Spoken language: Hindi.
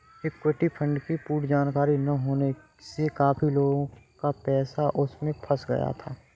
इक्विटी फंड की पूर्ण जानकारी ना होने से काफी लोगों का पैसा उसमें फंस गया था